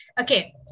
Okay